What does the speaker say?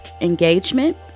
engagement